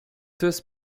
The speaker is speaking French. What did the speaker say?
tous